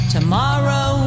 Tomorrow